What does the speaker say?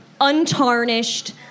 untarnished